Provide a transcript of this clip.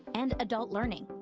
and adult learning.